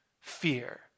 fear